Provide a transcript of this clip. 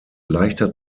leichter